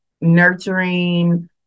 nurturing